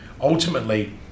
ultimately